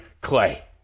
clay